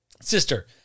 Sister